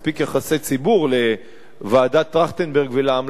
ציבור לוועדת-טרכטנברג ולהמלצות שלה,